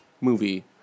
movie